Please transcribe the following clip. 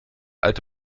alte